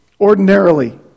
Ordinarily